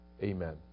Amen